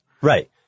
Right